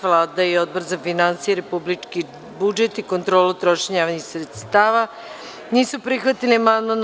Vlada i Odbor za finansije, republički budžet i kontrolu trošenja javnih sredstava nisu prihvatili amandman.